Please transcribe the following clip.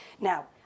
Now